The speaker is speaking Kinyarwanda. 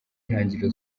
ntangiriro